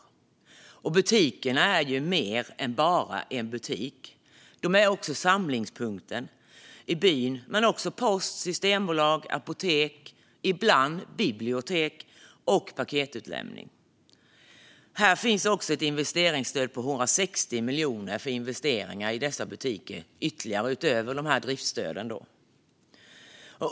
Dessa butiker är ju mer än butiker. De är samlingspunkt i byn men också post, systembolag, apotek, ibland bibliotek och paketutlämningsställe. Utöver driftsstödet finns ett investeringsstöd på 160 miljoner för sådana här butiker.